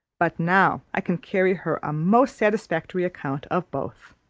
but now i can carry her a most satisfactory account of both.